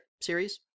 series